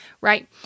right